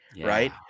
Right